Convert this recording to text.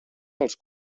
dels